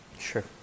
Sure